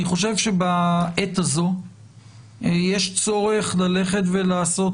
אני חושב שבעת הזו יש צורך ללכת ולעשות